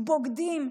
"בוגדים",